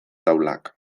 taulak